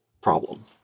problem